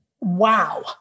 wow